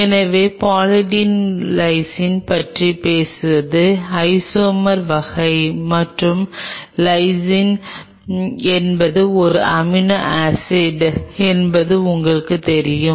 எனவே poly D lysine D பற்றி பேசுவது ஐசோமர் வகை மற்றும் லைசின் என்பது ஒரு அமினோ ஆசிட் என்பது உங்களுக்குத் தெரியும்